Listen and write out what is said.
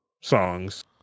songs